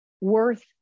worth